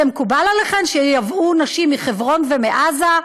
זה מקובל עליכן שייבאו נשים מחברון ומעזה,